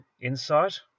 insight